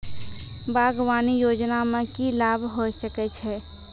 बागवानी योजना मे की लाभ होय सके छै?